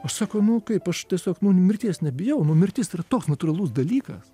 aš sako nu kaip aš tiesiog nu mirties nebijau nu mirtis yra toks natūralus dalykas